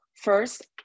first